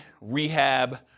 rehab